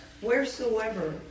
wheresoever